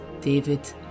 David